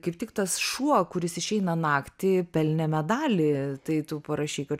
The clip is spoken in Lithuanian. kaip tik tas šuo kuris išeina naktį pelnė medalį tai tu parašei kad